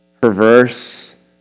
perverse